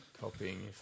copying